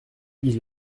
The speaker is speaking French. ils